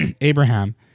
Abraham